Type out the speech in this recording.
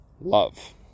love